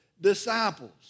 disciples